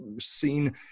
seen